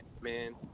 man